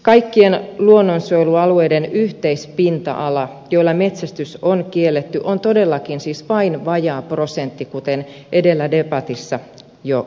kaikkien luonnonsuojelualueiden yhteispinta ala jolla metsästys on kielletty on todellakin siis vain vajaa prosentti kuten edellä debatissa jo lausuin